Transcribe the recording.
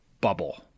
bubble